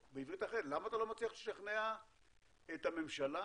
בעברית אחרת, למה אתה לא מצליח לשכנע את הממשלה